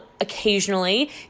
occasionally